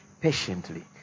patiently